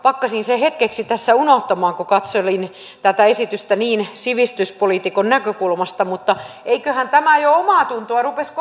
pakkasin sen hetkeksi tässä unohtamaan kun katselin tätä esitystä niin sivistyspoliitikon näkökulmasta mutta eiköhän tämä jo omaatuntoa ruvennut koputtamaan